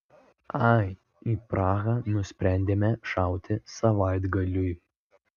ai į prahą nusprendėme šauti savaitgaliui